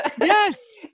Yes